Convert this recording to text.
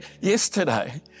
yesterday